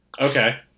Okay